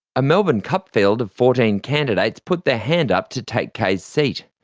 a melbourne cup field of fourteen candidates put their hand up to take kaye's seat.